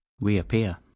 reappear